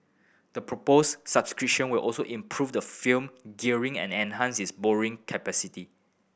the proposed subscription will also improve the firm gearing and enhance its borrowing capacity